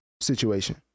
situation